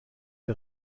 der